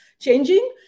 changing